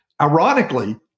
Ironically